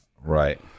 Right